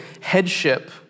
headship